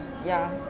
ya